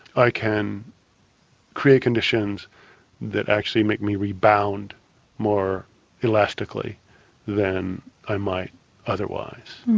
i can create conditions that actually make me rebound more elastically than i might otherwise.